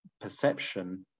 perception